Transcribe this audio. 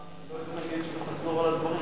אני לא אתנגד שאתה תחזור על הדברים.